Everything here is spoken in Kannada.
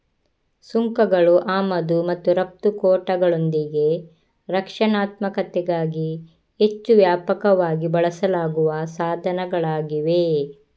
ಸುಂಕಗಳು ಆಮದು ಮತ್ತು ರಫ್ತು ಕೋಟಾಗಳೊಂದಿಗೆ ರಕ್ಷಣಾತ್ಮಕತೆಗಾಗಿ ಹೆಚ್ಚು ವ್ಯಾಪಕವಾಗಿ ಬಳಸಲಾಗುವ ಸಾಧನಗಳಾಗಿವೆ